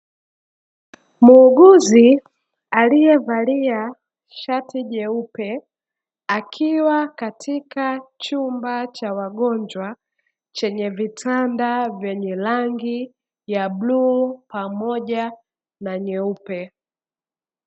Muuguzi aliye valia shati jeupe akiwa katika chumba cha wagonjwa chenye vitanda vyenye rangi ya bluu pamoja na nyeupe.